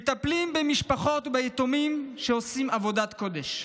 שמטפלים במשפחות וביתומים ועושים עבודת קודש.